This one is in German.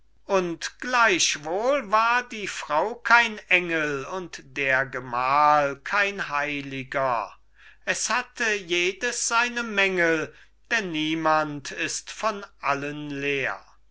und gleichwohl war die frau kein engel und der gemahl kein heiliger es hatte jedes seine mängel denn niemand ist von allen leer